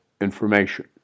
information